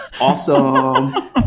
Awesome